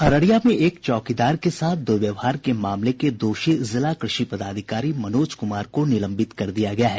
अररिया में एक चौकीदार के साथ दुर्व्यवहार के मामले के दोषी तत्कालीन जिला कृषि पदाधिकारी मनोज कुमार को निलंबित कर दिया गया है